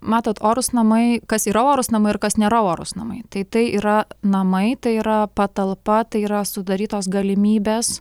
matot orūs namai kas yra orūs namai ir kas nėra orūs namai tai tai yra namai tai yra patalpa tai yra sudarytos galimybės